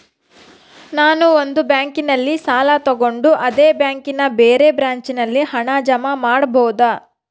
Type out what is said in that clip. ನಾನು ಒಂದು ಬ್ಯಾಂಕಿನಲ್ಲಿ ಸಾಲ ತಗೊಂಡು ಅದೇ ಬ್ಯಾಂಕಿನ ಬೇರೆ ಬ್ರಾಂಚಿನಲ್ಲಿ ಹಣ ಜಮಾ ಮಾಡಬೋದ?